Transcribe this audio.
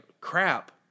crap